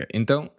então